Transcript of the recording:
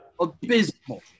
Abysmal